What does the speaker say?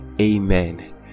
amen